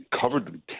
covered